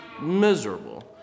miserable